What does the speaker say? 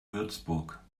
würzburg